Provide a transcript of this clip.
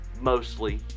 mostly